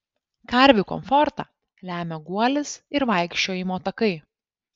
karvių komfortą lemia guolis ir vaikščiojimo takai